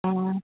ꯑꯣ